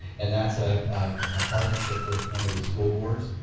and that's a partnership with one of the school boards,